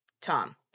Tom